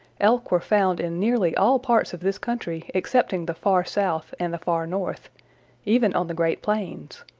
elk were found in nearly all parts of this country excepting the far south and the far north even on the great plains.